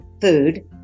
food